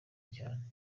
cyane